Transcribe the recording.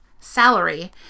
salary